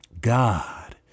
god